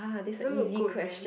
doesn't look good man